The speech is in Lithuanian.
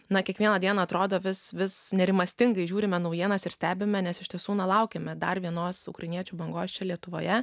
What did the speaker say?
na kiekvieną dieną atrodo vis vis nerimastingai žiūrime naujienas ir stebime nes iš tiesų laukiame dar vienos ukrainiečių bangos čia lietuvoje